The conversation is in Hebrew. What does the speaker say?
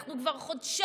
אנחנו כבר חודשיים